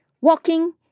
walking